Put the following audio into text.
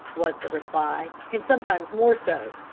was the reply, and sometimes more so.